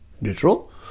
neutral